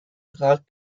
rat